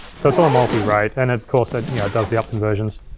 so it's all multi-rate, and of course, ah yeah it does the upconversions.